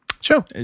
Sure